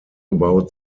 about